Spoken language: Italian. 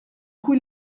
cui